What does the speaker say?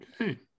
Okay